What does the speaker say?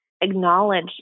acknowledge